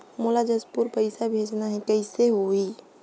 मोला जशपुर पइसा भेजना हैं, कइसे होही?